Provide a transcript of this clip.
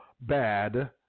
bad